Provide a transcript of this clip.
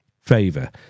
favor